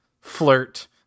flirt